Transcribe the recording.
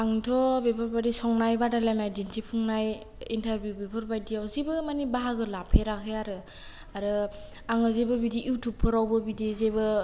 आंथ' बेफोरबायदि संनाय बादायलायनाय दिन्थिफुंनाय इन्टारभिउ बेफोरबायदिया जेबो मानि बाहागो लाफेराखै आरो आरो आङो जेबो बिदि इउटुबफोरावबो बिदि जेबो